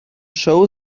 show